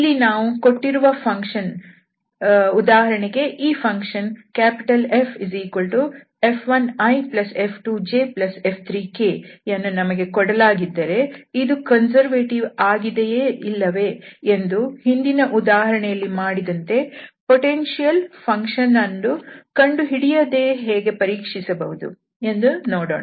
ಇಲ್ಲಿ ನಾವು ಕೊಟ್ಟಿರುವ ಫಂಕ್ಷನ್ ಉದಾರಣೆಗೆ ಈ ಫಂಕ್ಷನ್ FF1iF2jF3k ಅನ್ನು ನಮಗೆ ಕೊಡಲಾಗಿದ್ದರೆ ಇದು ಕನ್ಸರ್ವೇಟಿವ್ ಆಗಿದೆಯೇ ಇಲ್ಲವೇ ಎಂದು ಹಿಂದಿನ ಉದಾಹರಣೆಯಲ್ಲಿ ಮಾಡಿದಂತೆ ಪೊಟೆನ್ಶಿಯಲ್ ಫಂಕ್ಷನ್ ಅನ್ನು ಕಂಡುಹಿಡಿಯದೇ ಹೇಗೆ ಪರೀಕ್ಷಿಸಬಹುದು ಎಂದು ನೋಡೋಣ